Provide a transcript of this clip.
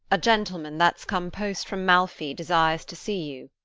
a gentleman, that s come post from malfi, desires to see you.